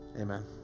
amen